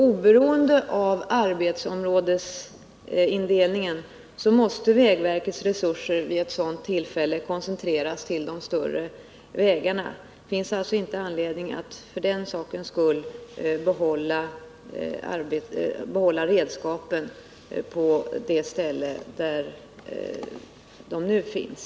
Oberoende av arbetsområdesindelningen måste vägverkets resurser vid ett sådant tillfälle koncentreras till de större vägarna. Det finns alltså inte anledning att för den sakens skull behålla redskapen på det ställe där de nu finns.